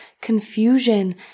confusion